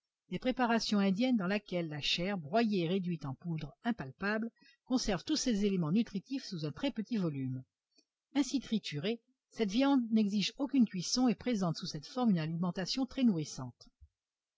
des préparations indiennes dans lesquelles la chair broyée et réduite en poudre impalpable conserve tous ses éléments nutritifs sous un très petit volume ainsi triturée cette viande n'exige aucune cuisson et présente sous cette forme une alimentation très nourrissante